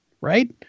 right